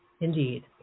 indeed